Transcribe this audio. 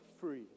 free